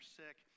sick